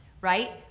right